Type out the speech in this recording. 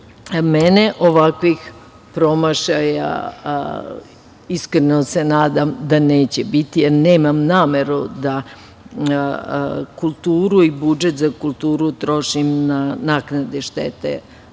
mene, ovakvih promašaja, iskreno se nadam, neće biti, jer nemam nameru da kulturu i budžet za kulturu trošim na naknade štete